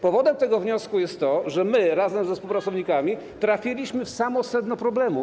Powodem tego wniosku jest to, że my razem ze współpracownikami trafiliśmy w samo sedno problemu.